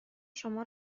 شما